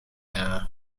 are